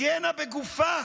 הגנה בגופה